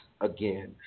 again